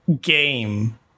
game